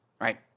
Right